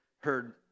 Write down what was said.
heard